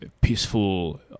peaceful